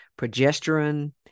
progesterone